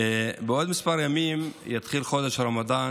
בעוד כמה ימים יתחיל חודש הרמדאן,